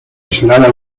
aislada